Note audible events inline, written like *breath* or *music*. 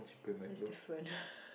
that's different *breath*